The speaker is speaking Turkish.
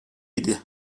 idi